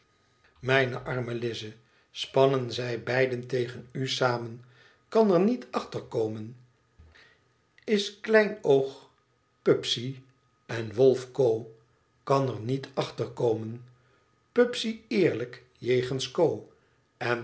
mijne arme lize spannen zij beiden tegen u samen i kan er niet achterkomen iskleinoogpubsey en wolf co kan er niet achter komen pubsey eerlijk jegens co en